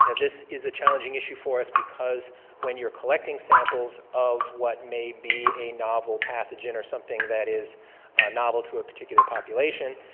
yeah this is a challenging issue for us because when you're collecting samples of what may be a novel pathogen or something that is novel to a particular population,